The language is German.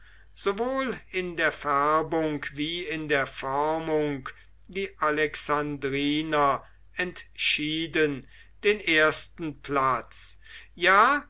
sowohl in der färbung wie in der formung die alexandriner entschieden den ersten platz ja